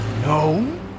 No